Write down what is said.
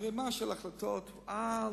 ערימה של החלטות, אל תשאלו.